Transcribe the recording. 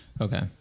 Okay